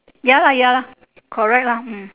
ya lah ya correct lor hmm